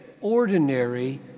ordinary